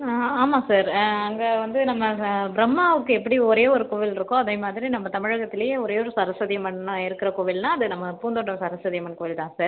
ஆமாம் சார் அங்கே வந்து நம்ம அங்கே பிரம்மாவுக்கு எப்படி ஒரே ஒரு கோவில்ருக்கோ அதேமாதிரி நம்ப தமிழகத்துலையே ஒரே ஒரு சரஸ்வதி அம்மன்னா இருக்கிற கோவில்னா அது நம்ம பூந்தோட்டம் சரஸ்வதி அம்மன் கோயில் தான் சார்